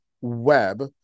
web